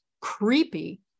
creepy